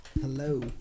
Hello